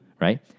right